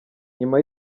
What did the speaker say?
nyuma